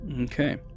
Okay